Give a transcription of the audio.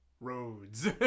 roads